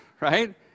right